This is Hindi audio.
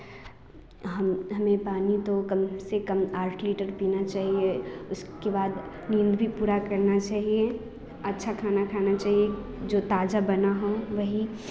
हम हमें पानी तो कम से कम आठ लीटर पीना चाहिए उसके बाद नींद भी पूरा करना चाहिए अच्छा खाना खाना चाहिए जो ताज़ा बना हो वही